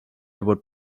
would